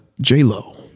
J-Lo